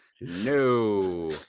No